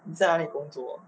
你在哪里工作